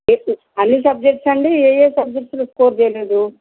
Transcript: ఏంటి సార్ అన్ని సబ్జెక్ట్సా అండి ఏ ఏ సబ్జెక్ట్స్లో స్కోర్ చేయలేదు